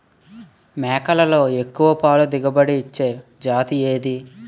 మేకలలో ఎక్కువ పాల దిగుమతి ఇచ్చే జతి ఏది?